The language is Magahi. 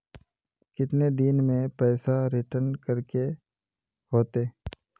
कितने दिन में पैसा रिटर्न करे के होते?